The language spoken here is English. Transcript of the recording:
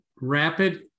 rapid